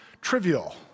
trivial